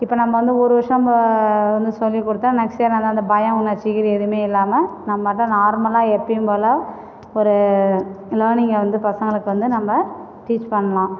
இப்போது நம்ம வந்து ஒரு வருஷம் வந்து சொல்லிக் கொடுத்தா நெக்ஸ்ட் இயர் வந்து அந்த பயம் உணர்ச்சிகிது இது எதுவுமே இல்லாமல் நம்ம தான் நார்மலாக எப்பயும் போல் ஒரு லேர்னிங்கை வந்து பசங்களுக்கு வந்து நம்ம டீச் பண்ணலாம்